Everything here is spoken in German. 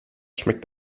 schmeckt